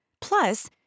Plus